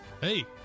Hey